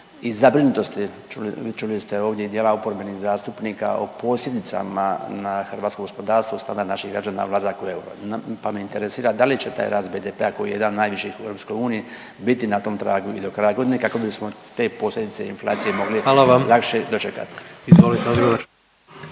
i zabrinutosti, čuli ste ovdje i dijela oporbenih zastupnika o posljedicama na hrvatsko gospodarstvo i na standard naših građana ulazak u euro, pa me interesira da li će taj rast BDP-a koji je jedan od najviših u EU biti na tom tragu i do kraja godine kako bismo te posljedice inflacije mogli lakše dočekati? **Jandroković, Gordan